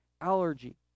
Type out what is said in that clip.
allergy